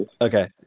okay